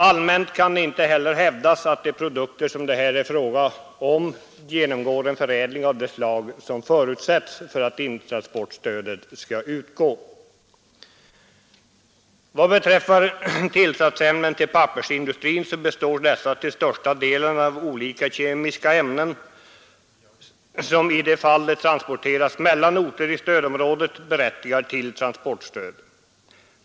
Det kan inte heller rent allmänt hävdas att de produkter som det här är fråga om genomgår en förädling av det slag som förutsätts för att intransportstödet skall utgå. Vad beträffar tillsatsämnen till pappersindustrin består dessa till största delen av olika kemiska ämnen som, i de fall då de transporteras mellan orter i stödområdet, berättigar till transportstöd.